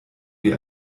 wie